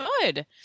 good